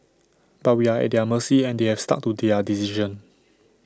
but we are at their mercy and they have stuck to their decision